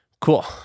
Cool